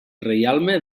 reialme